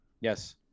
yes